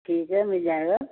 ٹھیک ہے مل جائے گا